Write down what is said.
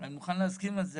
ואני מוכן להסכים לזה,